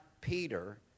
Peter